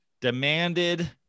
demanded